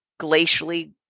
glacially